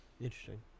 Interesting